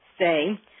say